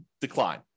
decline